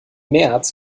märz